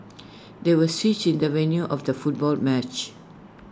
there was A switch in the venue of the football match